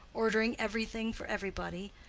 ordering everything for everybody,